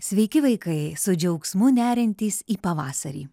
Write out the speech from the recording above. sveiki vaikai su džiaugsmu neriantys į pavasarį